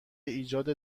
ایجاد